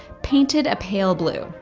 paint it a pale blue.